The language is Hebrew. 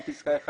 גם פסקה (28)